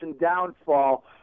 downfall